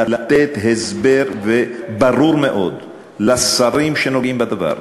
לתת הסבר ברור מאוד לשרים שנוגעים בדבר,